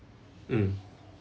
mm